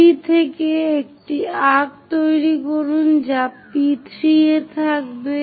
3 থেকে একটি আর্ক্ তৈরি করুন যা P3 এ থাকবে